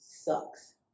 sucks